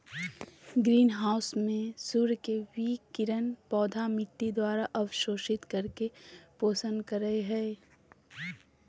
green house में सूर्य के विकिरण पौधा मिट्टी द्वारा अवशोषित करके पोषण करई हई